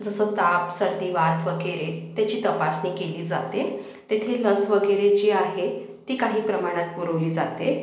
जसं ताप सर्दी वात वगैरे त्याची तपासणी केली जाते त्याची लस वगैरे जी आहे ती काही प्रमाणात पुरवली जाते